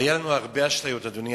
היו לנו הרבה אשליות ותקוות,